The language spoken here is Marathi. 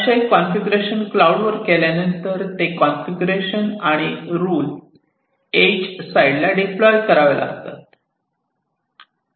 असे कॉन्फिगरेशन क्लाऊड वर केल्यानंतर ते कॉन्फिगरेशन आणि रुल एज साईडला डिप्लॉय करावे लागतात